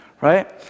Right